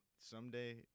someday